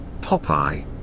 Popeye